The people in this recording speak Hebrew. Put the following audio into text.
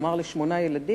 נאמר לשמונה ילדים,